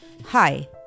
Hi